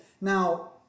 Now